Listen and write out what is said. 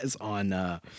on